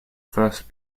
first